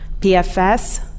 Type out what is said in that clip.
PFS